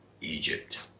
Egypt